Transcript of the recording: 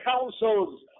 councils